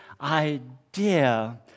idea